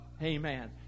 Amen